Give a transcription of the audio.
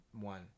one